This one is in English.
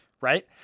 right